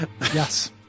Yes